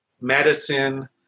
medicine